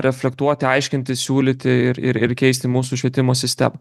reflektuoti aiškinti siūlyti ir ir keisti mūsų švietimo sistemą